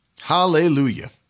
Hallelujah